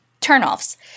Turn-offs